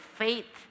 faith